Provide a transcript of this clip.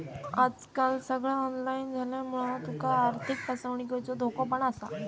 आजकाल सगळा ऑनलाईन झाल्यामुळा तुका आर्थिक फसवणुकीचो धोको पण असा